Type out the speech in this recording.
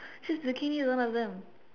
choose zucchini don't ask them